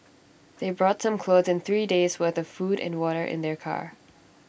they brought some clothes and three days' worth of food and water in their car